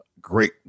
great